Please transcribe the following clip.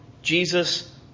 Jesus